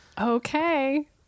Okay